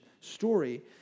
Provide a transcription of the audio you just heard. story